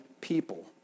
people